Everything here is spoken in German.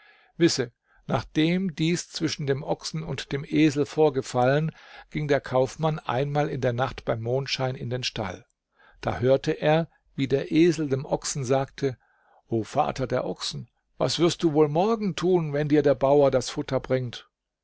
wisse nachdem dies zwischen dem ochsen und dem esel vorgefallen ging der kaufmann einmal in der nacht beim mondschein in den stall da hörte er wie der esel dem ochsen sagte o vater der ochsen was wirst du wohl morgen tun wenn dir der bauer das futter bringt